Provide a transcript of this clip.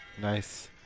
Nice